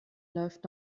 läuft